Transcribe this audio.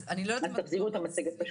תחזירו את המצגת.